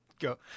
go